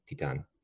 Titan